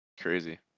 Crazy